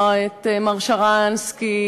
את מר שרנסקי,